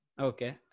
Okay